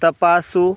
तपासू